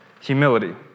humility